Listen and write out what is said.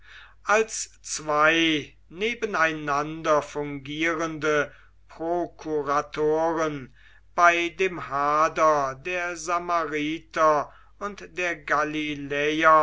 als zwei nebeneinander fungierende prokuratoren bei dem hader der samariter und der